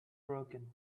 broken